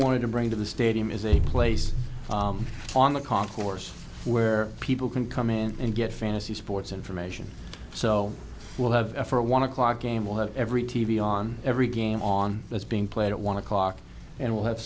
want to bring to the stadium is a place on the concourse where people can come in and get fantasy sports information so we'll have a for a one o'clock a m we'll have every t v on every game on that's being played at one o'clock and we'll have